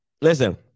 Listen